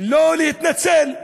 שלא להתנצל,